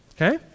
Okay